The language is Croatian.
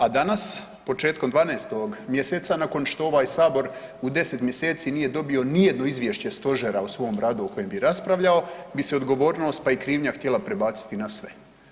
A danas početkom 12. mjeseca nakon što ovaj sabor u 10 mjeseci nije dobio nijedno izvješće stožera o svom radu o kojem bi raspravljao bi se odgovornost pa i krivnja htjela prebaciti na sve.